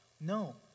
No